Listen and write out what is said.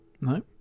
no